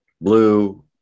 blue